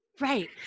Right